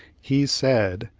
he said,